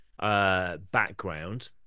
Background